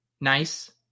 nice